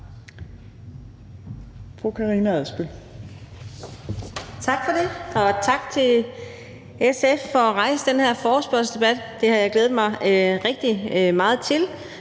Tak for det, og tak til SF for at rejse den her forespørgselsdebat. Den har jeg glædet mig rigtig meget til.